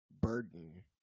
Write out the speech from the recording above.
Burden